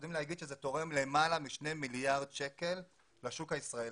יודעים לומר שזה תורם למעלה משני מיליארד שקלים לשוק הישראלי.